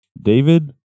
David